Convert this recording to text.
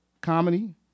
Comedy